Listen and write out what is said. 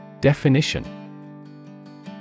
Definition